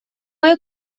های